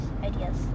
Ideas